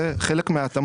זה חלק מההתאמות שעשינו.